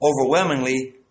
overwhelmingly